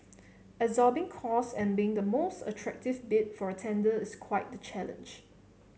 absorbing costs and being the most attractive bid for a tender is quite the challenge